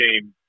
game